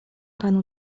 panu